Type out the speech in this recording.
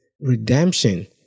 redemption